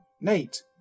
Nate